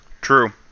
True